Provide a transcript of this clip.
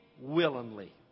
willingly